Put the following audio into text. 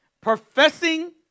Professing